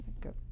good